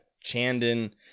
Chandon